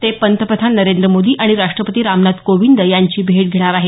ते पंतप्रधान नरेंद्र मोदी आणि राष्ट्रपती रामनाथ कोविंद यांची भेट घेणार आहेत